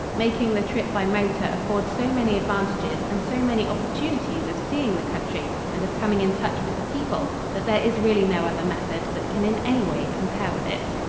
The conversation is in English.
making the trip by motor affords so many advantages and so many opportunities of seeing the country and of coming in touch with the people that there is really no other method that can in any way compare with it.